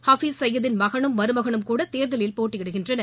ஹபிஸ் சையதின் மகனும் மருமகனும் கூட தேர்தலில் போட்டியிடுகின்றனர்